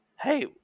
hey